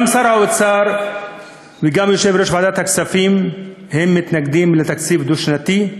גם שר האוצר וגם יושב-ראש ועדת הכספים מתנגדים לתקציב דו-שנתי,